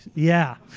yeah.